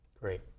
Great